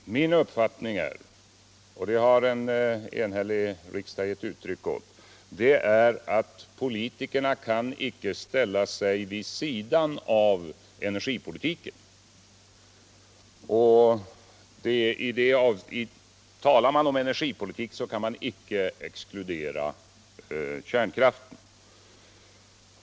Herr talman! Min uppfattning är — och det har en enig riksdagsgrupp gett uttryck åt — att politikerna icke kan ställa sig vid sidan av energipolitiken. Och talar man om energipolitik, kan man icke exkludera kärnkraften.